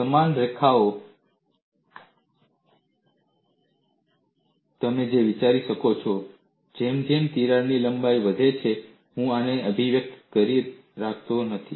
સમાન રેખાઓ પર તમે જે વિચારી શકો છો તે છે જેમ જેમ તિરાડની લંબાઈ વધે છે હું આને અભિવ્યક્તિ તરીકે રાખી શકતો નથી